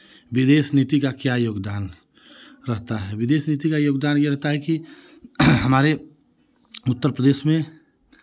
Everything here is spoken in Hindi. विदेश नीति का क्या योगदान रहता है विदेश नीति का योगदान ये रहता है कि हमारे उत्तर प्रदेश में